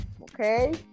Okay